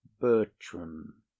Bertram